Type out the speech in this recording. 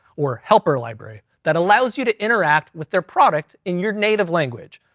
or helper library that allows you to interact with their product in your native language.